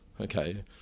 Okay